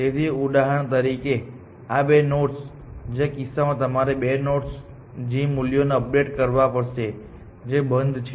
તેથી ઉદાહરણ તરીકે આ બે નોડ્સ જે કિસ્સામાં તમારે તે બે નોડ્સના જી મૂલ્યોને અપડેટ કરવા પડશે જે બંધ છે